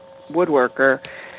woodworker